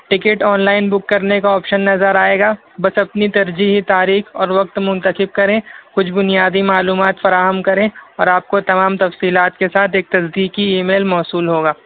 ticket online book کرنے کا option نظر آئے گا بس اپنی ترجیحی تاریخ اور وقت منتخب کریں کچھ بنیادی معلومات فراہم کریں اور آپ کو تمام تفصیلات کے ساتھ ایک تصدیقی ای میل موصول ہوگا